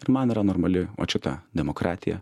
ir man yra normali ot šita demokratija